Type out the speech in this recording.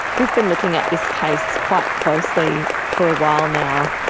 we've been looking at this case quite closely for a while now,